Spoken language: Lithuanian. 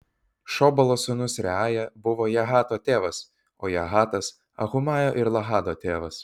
šobalo sūnus reaja buvo jahato tėvas o jahatas ahumajo ir lahado tėvas